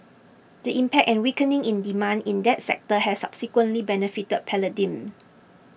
the impact and weakening in demand in that sector has subsequently benefited palladium